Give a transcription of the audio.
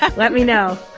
ah let me know